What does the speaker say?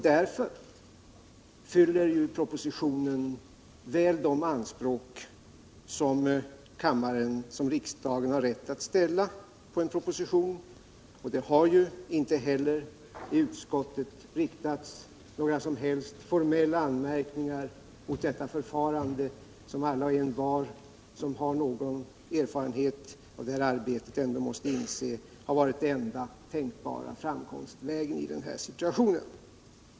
Därför fyller propositionen väl de anspråk som riksdagen har rätt att ställa på en proposition. Det har inte heller i utskottet riktats några som helst formella anmärkningar mot detta förfarande som — vilket alla och envar som har någon erfarenhet av det här arbetet måste inse — har varit den enda tänkbara framkomliga vägen i den här situationen.